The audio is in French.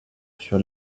sur